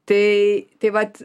tai tai vat